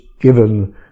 given